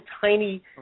tiny